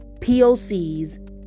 POCs